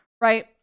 right